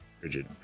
rigid